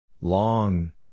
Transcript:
Long